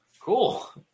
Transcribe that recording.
cool